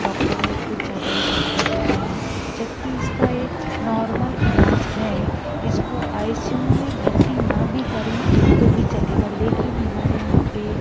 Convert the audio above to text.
doctor लोग कुछ ज़्यादा ही चमका देते हैं जबकि इसका एक नॉर्मल इलाज़ है इसको आई सी यू में भर्ती न भी करें तो भी चलेगा लेकिन हमारे यहाँ पर